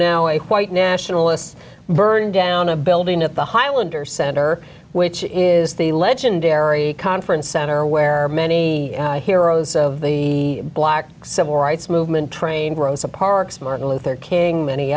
now a white nationalist burned down a building at the hylander center which is the legendary conference center where many heroes of the black civil rights movement trained rosa parks martin luther king many